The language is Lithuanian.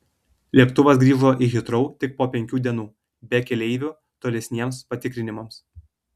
lėktuvas grįžo į hitrou tik po penkių dienų be keleivių tolesniems patikrinimams